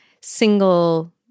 single